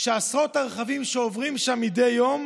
שעשרות הרכבים שעוברים שם מדי יום